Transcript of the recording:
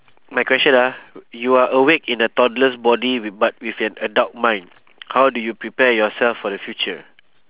my question ah you are awake in a toddler's body with but with an adult mind how do you prepare yourself for the future